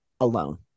alone